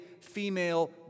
female